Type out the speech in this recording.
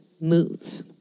move